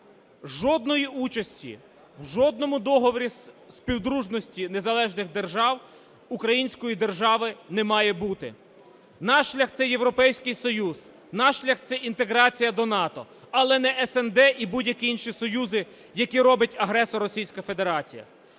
жодної участі в жодному договорі Співдружності Незалежних Держав української держави не має бути. Наш шлях – це Європейський Союз, наш шлях – це інтеграція до НАТО. Але не СНД і будь-які інші союзи, які робить агресор Російська Федерація.